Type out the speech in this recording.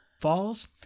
falls